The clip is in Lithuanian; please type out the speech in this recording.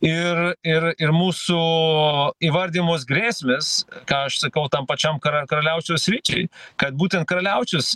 ir ir ir mūsų įvardijamos grėsmės ką aš sakau tam pačiam kar karaliaučiaus sričiai kad būtent karaliaučius